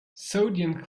sodium